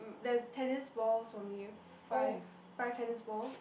there's tennis balls for me five five tennis balls